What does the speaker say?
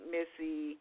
Missy